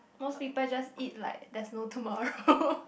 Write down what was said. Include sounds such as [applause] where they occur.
most people just eat like there's no tomorrow [laughs]